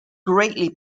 greatly